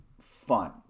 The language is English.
fun